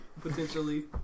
potentially